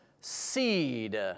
seed